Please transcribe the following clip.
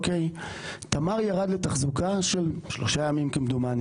תמר ירד לתחזוקה של שלושה ימים כמדומני.